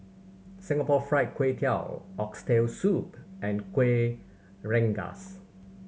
Singapore Fried Kway Tiao Oxtail Soup and Kuih Rengas